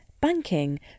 banking